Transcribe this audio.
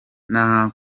nta